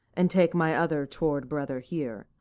and take my other toward brother here,